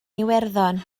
iwerddon